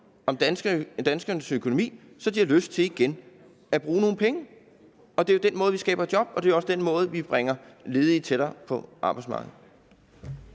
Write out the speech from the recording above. om danskernes økonomi, så de har lyst til igen at bruge nogle penge. Det er jo på den måde, vi skaber job, og det er også på den måde, vi bringer ledige tættere på arbejdsmarkedet.